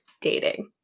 dating